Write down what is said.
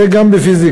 זה גם בפיזיקה,